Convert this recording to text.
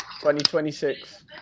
2026